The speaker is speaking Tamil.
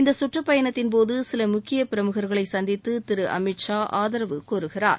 இந்த சுற்றுப் பயணத்தின்போது சில முக்கிய பிரமுகர்களை சந்தித்து திரு அமித் ஷா ஆதரவு கோருகிறார்